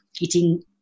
eating